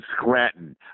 Scranton